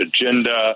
agenda